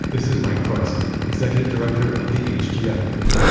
this is mike krasja, executive director of the hgf group,